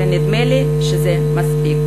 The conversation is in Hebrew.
הרי נדמה לי שזה מספיק".